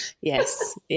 Yes